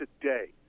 today